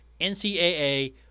NCAA